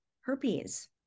herpes